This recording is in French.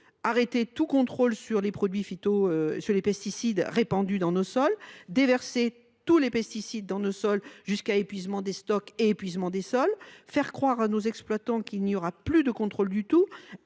Arrêter tout contrôle sur les pesticides épandus sur nos sols ? Déverser des pesticides sur nos sols jusqu’à l’épuisement des stocks et des sols ? Faire croire à nos exploitants qu’il n’y aura plus de contrôle du tout